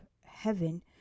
heaven